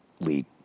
lead